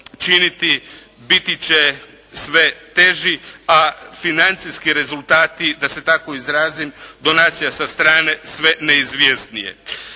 činiti biti će sve teži, a financijski rezultati da se tako izrazim, donacija sa strane sve neizvjesnije.